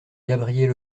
gabriel